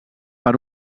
per